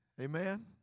Amen